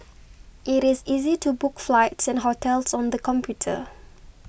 it is easy to book flights and hotels on the computer